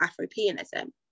Afropeanism